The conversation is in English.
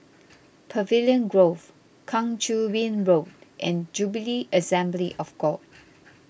Pavilion Grove Kang Choo Bin Road and Jubilee Assembly of God